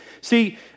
See